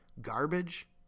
Garbage